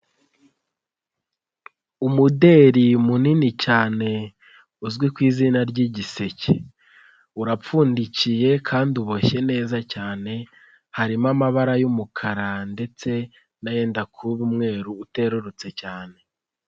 Umudeli munini cyane uzwi ku izina ry'igiseke, urapfundikiye kandi uboshye neza cyane, harimo amabara y'umukara ndetse n'ayenda kuba umweru uterurutse cyane.